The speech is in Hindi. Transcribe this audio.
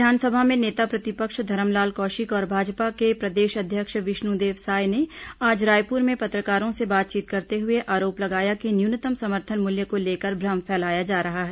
विधानसभा में नेता प्रतिपक्ष धरमलाल कौशिक और भाजपा के अध्यक्ष विष्णुदेव साय ने आज रायपुर में पत्रकारों से बातचीत करते हुए आरोप लगाया कि न्यूनतम समर्थन प्रदेश मूल्य को लेकर भ्रम फैलाया जा रहा है